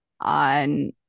...on